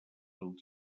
del